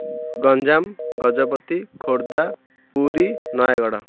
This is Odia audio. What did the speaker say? ଗଞ୍ଜାମ ଗଜପତି ଖୋର୍ଦ୍ଧା ପୁରୀ ନୟାଗଡ଼